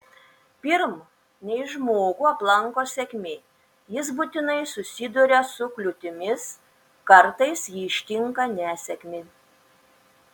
pirm nei žmogų aplanko sėkmė jis būtinai susiduria su kliūtimis kartais jį ištinka nesėkmė